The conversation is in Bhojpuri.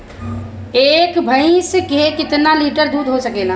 एक भइस से कितना लिटर दूध हो सकेला?